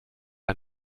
ein